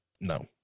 No